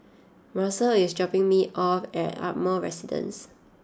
Macel is dropping me off at Ardmore Residence